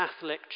Catholic